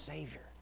Savior